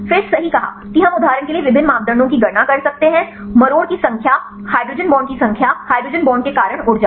फिर सही कहा कि हम उदाहरण के लिए विभिन्न मापदंडों की गणना कर सकते हैं मरोड़ की संख्या हाइड्रोजन बांड की संख्या हाइड्रोजन बांड के कारण ऊर्जा